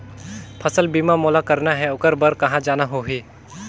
फसल बीमा मोला करना हे ओकर बार कहा जाना होही?